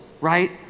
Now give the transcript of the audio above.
right